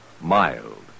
Mild